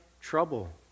trouble